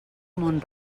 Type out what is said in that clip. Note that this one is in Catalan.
mont